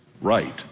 right